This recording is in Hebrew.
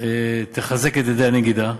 תחזק את ידי הנגידה,